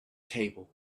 table